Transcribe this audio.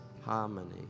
harmony